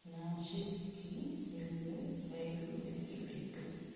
నాశిక్కి వెళ్ళే రైలు వెతికిపెట్టు